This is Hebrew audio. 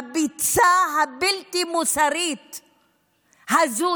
הביצה הבלתי-מוסרית הזו,